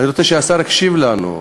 אני רוצה שהשר יקשיב לנו,